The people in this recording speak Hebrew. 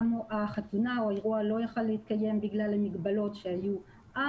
והחתונה והאירוע לא יכלו להתקיים בגלל המגבלות שהיו אז.